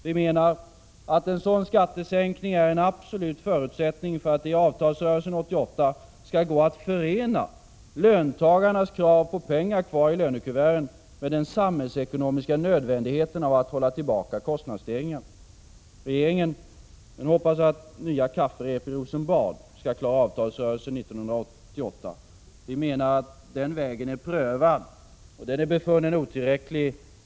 Vi menar att en sådan skattesänkning är en absolut förutsättning för att det i avtalsrörelsen 1988 skall gå att förena löntagarnas krav på pengar kvar i lönekuverten med den samhällsekonomiska nödvändigheten av att hålla tillbaka kostnadsstegringarna. Regeringen hoppas att nya kafferep i Rosenbad skall klara avtalsrörelsen 1988. Den vägen är prövad och befunnen otillräcklig.